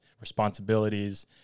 responsibilities